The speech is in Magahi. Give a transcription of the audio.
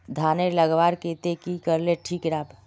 धानेर लगवार केते की करले ठीक राब?